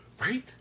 Right